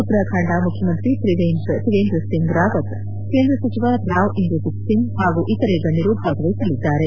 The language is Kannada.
ಉತ್ತರಾಖಂಡ ಮುಖ್ಯಮಂತ್ರಿ ತ್ರಿವೇಂದ್ರ ಸಿಂಗ್ ರಾವತ್ ಕೇಂದ್ರ ಸಚಿವ ರಾವ್ ಇಂದ್ರಜಿತ್ ಸಿಂಗ್ ಹಾಗೂ ಇತರೆ ಗಣ್ಣರು ಭಾಗವಹಿಸಲಿದ್ದಾರೆ